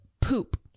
poop